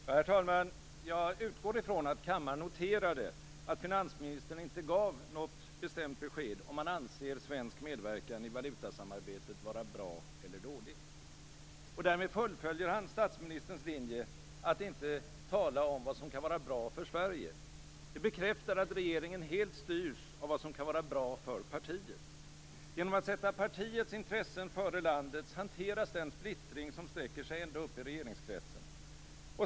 Herr talman! Jag utgår ifrån att kammaren noterade att finansministern inte gav något bestämt besked om han anser svensk medverkan i valutasamarbetet vara bra eller dåligt. Därmed fullföljer han statsministerns linje att inte tala om vad som kan vara bra för Sverige. Det bekräftar att regeringen helt styrs av vad som kan vara bra för partiet. Genom att sätta partiets intressen före landets hanteras den splittring som sträcker sig ända upp i regeringskretsen.